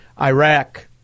Iraq